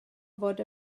fod